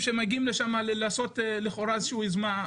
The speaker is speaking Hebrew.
עכשיו נשאלת השאלה,